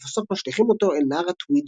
ולבסוף משליכים אותו אל נהר הטוויד,